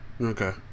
Okay